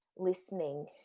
listening